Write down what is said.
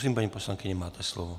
Prosím, paní poslankyně, máte slovo.